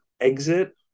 exit